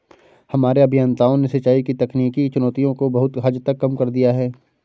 हमारे अभियंताओं ने सिंचाई की तकनीकी चुनौतियों को बहुत हद तक कम कर दिया है